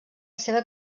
seva